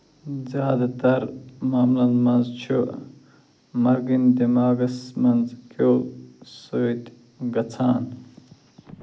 زیٛادٕ تر معاملن منٛز چھُ مرٛگنہِ دٮ۪ماغس منٛز كھٮ۪و سٕتۍ گژھان